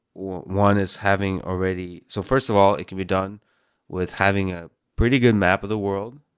one is having already so first of all, it can be done with having a pretty good map of the world,